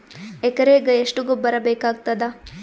ಎಕರೆಗ ಎಷ್ಟು ಗೊಬ್ಬರ ಬೇಕಾಗತಾದ?